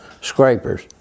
scrapers